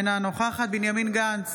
אינה נוכחת בנימין גנץ,